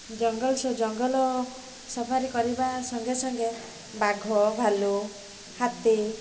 ଜଙ୍ଗଲ ସ ଜଙ୍ଗଲ ସଫାରି କରିବା ସଙ୍ଗେ ସଙ୍ଗେ ବାଘ ଭାଲୁ ହାତୀ